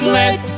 let